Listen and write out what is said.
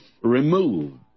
removed